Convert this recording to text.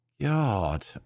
God